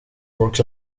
works